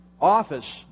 office